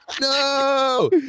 no